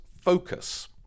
focus